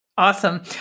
Awesome